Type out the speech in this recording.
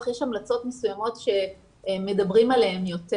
יש המלצות מסוימות שמדברים עליהן יותר,